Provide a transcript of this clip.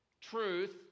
truth